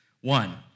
One